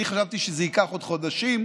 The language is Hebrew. אני חשבתי שזה ייקח עוד חודשים.